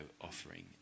offering